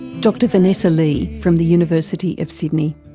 dr vanessa lee from the university of sydney.